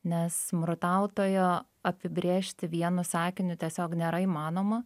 nes smurtautojo apibrėžti vienu sakiniu tiesiog nėra įmanoma